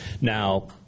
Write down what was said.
Now